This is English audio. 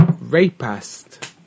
rapist